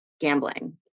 gambling